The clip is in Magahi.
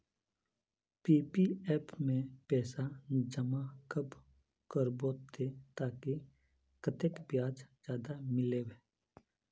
पी.पी.एफ में पैसा जमा कब करबो ते ताकि कतेक ब्याज ज्यादा मिलबे?